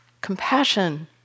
compassion